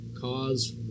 cause